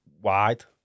wide